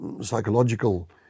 psychological